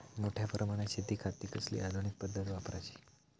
मोठ्या प्रमानात शेतिखाती कसली आधूनिक पद्धत वापराची?